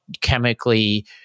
chemically